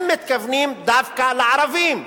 הם מתכוונים דווקא לערבים.